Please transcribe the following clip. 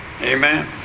Amen